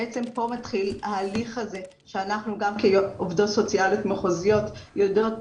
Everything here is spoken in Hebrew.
בעצם פה מתחיל ההליך הזה שאנחנו גם כעובדות סוציאליות מחוזיות יודעות